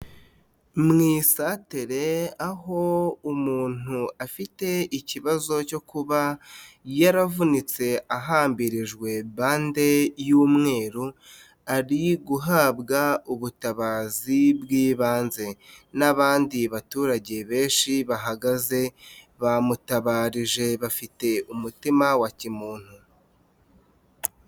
Mu isantere aho umuntu afite ikibazo cyo kuba yaravunitse ahambirijwe bande y'umweru, ari guhabwa ubutabazi bw'ibanze n'abandi baturage benshi bahagaze, bamutabarije bafite umutima wa kimuntu.